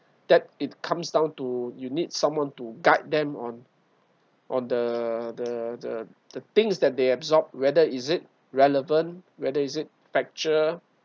that it comes down to you need someone to guide them on on the the the the things that they absorbed whether is it relevant whether is it factual